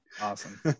Awesome